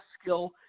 skill